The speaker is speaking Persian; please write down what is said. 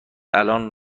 الان